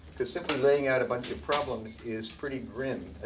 because simply laying out a bunch of problems is pretty grim.